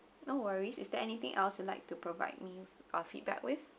no worries is there anything else you'd like to provide me a feedback with